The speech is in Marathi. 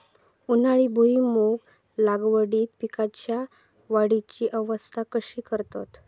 उन्हाळी भुईमूग लागवडीत पीकांच्या वाढीची अवस्था कशी करतत?